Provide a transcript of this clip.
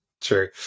True